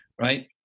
Right